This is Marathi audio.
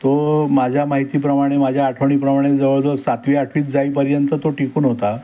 तो माझ्या माहितीप्रमाणे माझ्या आठवणीप्रमाणे जवळजवळ सातवी आठवीत जाईपर्यंत तो टिकून होता